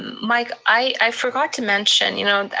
mike, i forgot to mention, you know